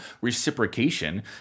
reciprocation